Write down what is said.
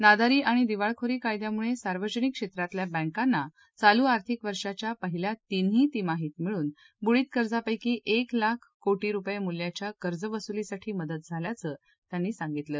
नादारी आणि दिवाळखोर कायद्यामुळे सार्वजनिक क्षेत्रातल्या बक्तिना चालू आर्थिक वर्षाच्या पहिल्या तिन्ही तिमाहित मिळून बुडित कर्जापक्षी एक लाख कोटी रूपये मूल्याच्या कर्जवसुलीसाठी मदत झाल्याचं त्यांनी सांगितलं